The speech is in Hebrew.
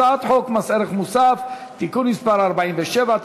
הצעת חוק מס ערך מוסף (תיקון מס' 47),